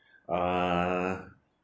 uh